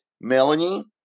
Melanie